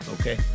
okay